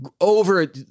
over